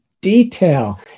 detail